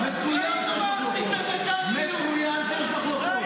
ראינו מה עשיתם לדן אילוז -- מצוין שיש מחלוקות,